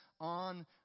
on